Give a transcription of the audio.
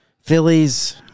Phillies